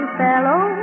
fellow